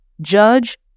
judge